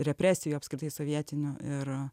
represijų apskritai sovietinių ir